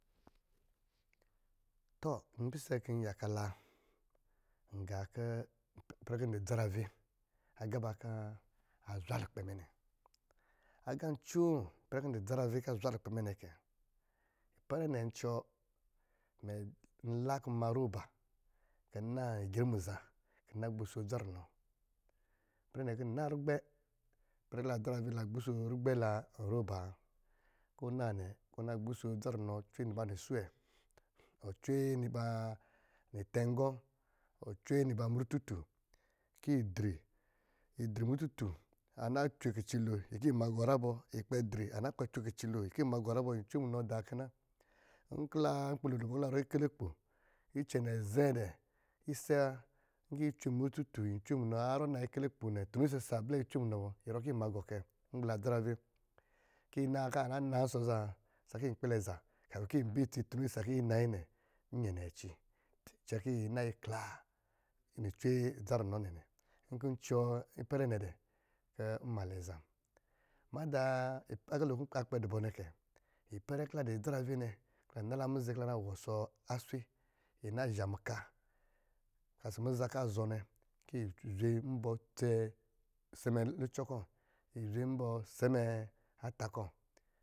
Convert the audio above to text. Tɔ, npisɛ kɔ̄ nyaka la ngá kɔ̄ ipɛrɛ kɔ̄ ndɔ dzarave aga kɔ̄ azwa lukpɛ mɛ nɛ, agá ncóó ipɛrɛ kɔ̄ ndɔ dzarave kɔ̄ a zwa lukpɛ mɛ nɛ kɛ, ipɛrɛ ncuwɔ nla kɔ̄ n ma roba kɔ̄ n nan ijri a mazá kɔ̄ ngbuso adza runo, ipɛrɛ nɛ kɔ̄ n nann rugbɛ́ ipɛrɛ kɔ̄ la adzarave la gbuso rugbɛ́ la nroba wa, nkɔ̄ ɔ naa nɛ kɔ̄ ɔ nagbuso ba adzarunɔ, cwɛ niba nisuwɛ, n cwe niba nitɛngɔ̄, ɔ cwe niba murututu kɔ̄ yi dri, yi dri murututu ana cwe kici lo yi kɔ̄ yin maa gɔ za bɔ, ana kpɛ cwe kici loo yi kɔ̄ yin maa gɔ zabɔ, yi cwe munɔ dá kɛ na, nkɔ̄ la nkpi lo dɔ̄ bɔ kɔ̄ ikilikpo icɛnɛ zɛ́ dɛ́ isɛ wa, nkɔ̄ yi cwe murututu yin cwe munɔ yarɔ nayi ikilikpo nɛ tunu isisa blɛ yi cwe munɔ bɔ ɔrɔ kɔ̄ yin maagɔ kɛ ngbla adzarave kɔ̄ yi kɔ̄ a na naansɔ̄ zá sakɔ̄ yi kpɛlɛ za kafin kɔ̄ yin bɛ itsi tunu isisa kɔ̄ yi nayi nɛ inyɛ nɛ a ci, cɛ kɔ̄ yi nayi klaa ni cwen dzarunɔ nɛ nɛ, nkɔ̄ n cuwɔ ipɛrɛ nɛ dɛ kɔ̄ mnmalɛ azam. Madá, agalo kɔ̄ akpɛ dɔ bɔ nɛ kɛ ipɛrɛ kɔ̄ la dɔ̄ adzarave nɛ, lanala muza kɔ̄ la na wɔsɔ aswe yi na zhá muka kasi muzá kɔ̄ azɔ̄ nɛ kɔ̄ yi zwe mbɔ̄ sɛmɛ lucɔ kɔ̄, yi zwe mbɔ̄ sɛmɛ ata kɔ̄.